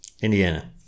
Indiana